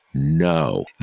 No